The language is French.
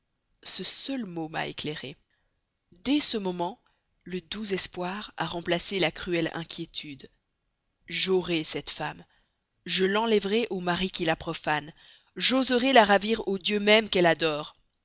ce seul mot m'a éclairé dès ce moment le doux espoir a remplacé la cruelle inquiétude j'aurai cette femme je l'enlèverai au mari qui la profane j'oserai la ravir au dieu même qu'elle adore